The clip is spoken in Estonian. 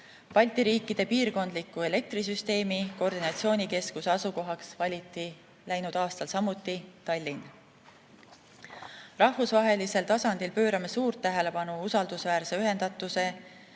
Balti riikide piirkondliku elektrisüsteemi koordinatsioonikeskuse asukohaks valiti läinud aastal samuti Tallinn. Rahvusvahelisel tasandil pöörame suurt tähelepanu usaldusväärse ühendatuse